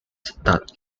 that